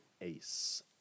ace